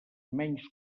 menys